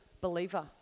believer